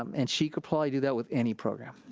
um and she could probably do that with any program.